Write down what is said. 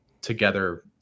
together